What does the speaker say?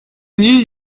nie